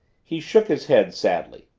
he shook his head sadly.